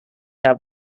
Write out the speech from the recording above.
have